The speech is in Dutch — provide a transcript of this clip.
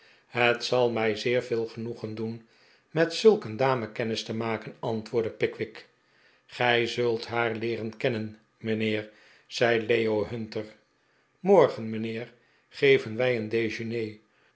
het zal mij zeer veel genoegen doen met zulk een dame kennis te maken antwoordde pickwick gij zult haar leeren kennen mijnheer zei leo hunter morgen mijnheer geven wij een dejeuner